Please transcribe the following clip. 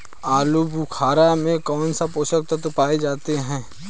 आलूबुखारा में कौन से पोषक तत्व पाए जाते हैं?